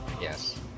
yes